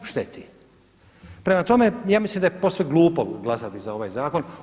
Prema tome, ja mislim da je posve glupo glasati za ovaj zakon.